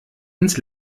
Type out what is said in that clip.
ins